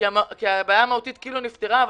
הבעיה המהותית כאילו נפתרה,